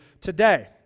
today